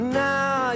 now